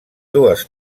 dues